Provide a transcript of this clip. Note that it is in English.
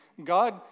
God